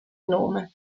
nome